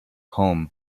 home